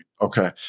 Okay